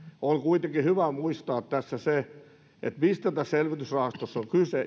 on kuitenkin hyvä muistaa tässä se mistä tässä elvytysrahastossa on kyse